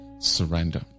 Surrender